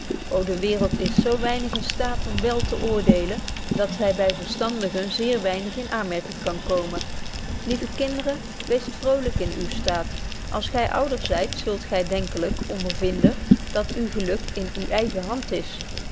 de waereld is zo weinig in staat om wél te oordeelen dat zy by verstandigen zeer weinig in aanmerking kan komen lieve kinderen weest vrolyk in uwen staat als gy ouder zyt zult gy denkelyk ondervinden dat betje wolff proeve over de opvoeding uw geluk in uwe eigen hand is